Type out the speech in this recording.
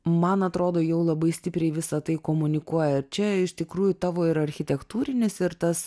man atrodo jau labai stipriai visa tai komunikuoja ir čia iš tikrųjų tavo ir architektūrinis ir tas